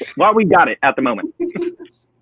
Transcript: while we've got it at the moment.